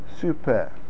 super